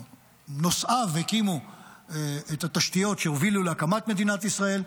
שנושאיו הקימו את התשתיות שהובילו להקמת מדינת ישראל,